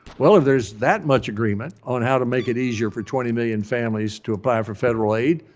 well, if there's that much agreement on how to make it easier for twenty million families to apply for federal aid,